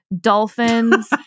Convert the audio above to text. dolphins